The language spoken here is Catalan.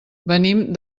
venim